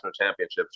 championships